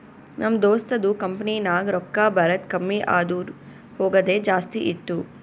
ನಮ್ ದೋಸ್ತದು ಕಂಪನಿನಾಗ್ ರೊಕ್ಕಾ ಬರದ್ ಕಮ್ಮಿ ಆದೂರ್ ಹೋಗದೆ ಜಾಸ್ತಿ ಇತ್ತು